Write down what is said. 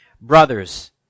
Brothers